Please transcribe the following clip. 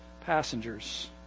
passengers